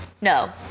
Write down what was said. No